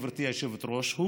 גברתי היושבת-ראש,